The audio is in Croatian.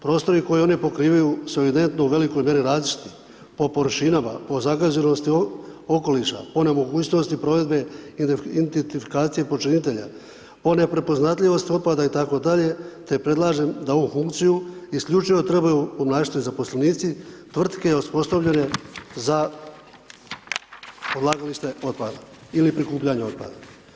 Prostori koji oni pokrivaju, su evidentno u velikoj mjeri različiti po površinama, po zagađenosti okoliša, onemogućenosti provedbe i identifikacije počinitelja, o neprepoznatljivosti otpada itd. te predlažem da ovu funkciju isključivo trebaju ... zaposlenici tvrtke osposobljene za odlagalište otpada ili prikupljanje otpada.